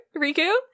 Riku